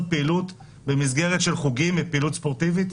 פעילות במסגרת של חוגים ופעילות ספורטיבית?